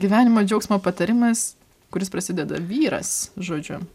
gyvenimo džiaugsmo patarimas kuris prasideda vyras žodžiu